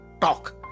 talk